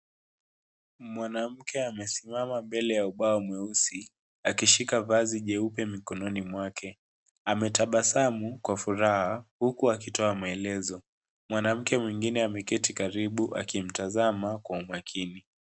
Mwanamke amesimama mbele ya ubao mweusi akishika vazi jeupe mikononi mwake. Ametabasamu kwa furaha huku akitoa maelezo. Mwanamke mwingine ameketi karibu akimtazama kwa umakini.